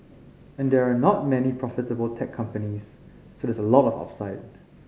and there are not many profitable tech companies so there's a lot of upside